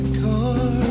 car